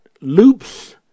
loops